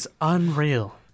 unreal